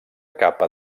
capa